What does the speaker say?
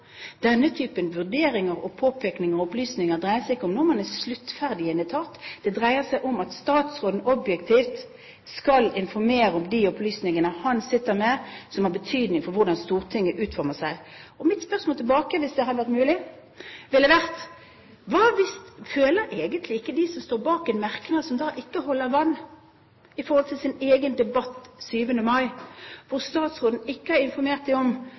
Denne typen vurderinger og påpekning av opplysninger dreier seg ikke om når man er ferdig i en etat, det dreier seg om at statsråden objektivt skal informere om de opplysningene han sitter med som har betydning for hvordan Stortinget forholder seg. Og mitt spørsmål tilbake ville vært – hvis det hadde vært mulig: Hva føler de som står bak en merknad som ikke holder vann med tanke på debatten 7. mai, og statsråden ikke har informert dem om